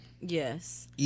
Yes